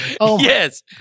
Yes